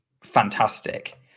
fantastic